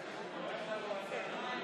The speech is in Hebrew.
הודעת הממשלה על ביטול משרד משאבי המים